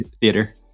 theater